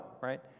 right